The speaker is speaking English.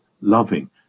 loving